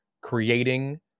creating